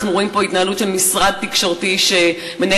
אנחנו רואים פה התנהלות של משרד תקשורת שמנהל